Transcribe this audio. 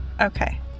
Okay